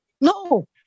No